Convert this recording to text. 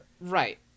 Right